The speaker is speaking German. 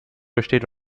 besteht